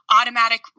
automatic